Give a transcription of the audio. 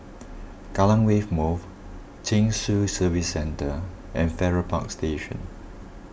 Kallang Wave Move Chin Swee Service Centre and Farrer Park Station